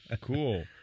Cool